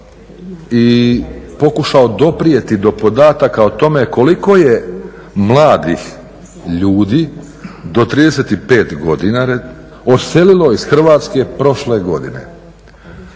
i pokušao doprijeti do podataka o tome koliko je mladih ljudi do 35 godina odselilo iz Hrvatske prošle godine,